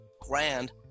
grand